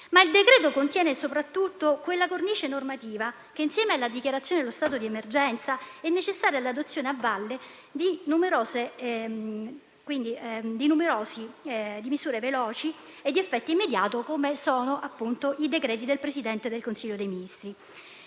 il decreto, però, contiene soprattutto quella cornice normativa che, insieme alla dichiarazione dello stato di emergenza, è necessaria all'adozione a valle di numerose misure veloci e di effetto immediato, come sono appunto i decreti del Presidente del Consiglio dei ministri.